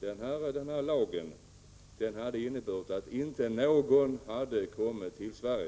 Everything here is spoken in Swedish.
den här lagen skulle ha inneburit att inte någon skulle ha kommit till Sverige.